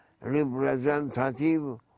representative